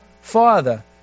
Father